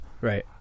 right